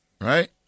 Right